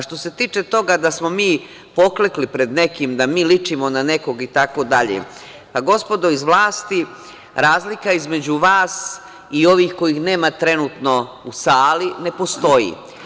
Što se tiče toga da smo mi poklekli pred nekim, da mi ličimo na nekoga itd, pa gospodo iz vlasti, razlika između vas i ovih kojih nema trenutno u sali, ne postoji.